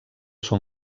són